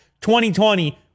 2020